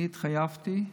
אני התחייבתי,